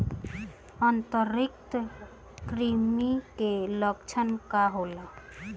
आंतरिक कृमि के लक्षण का होला?